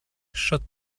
should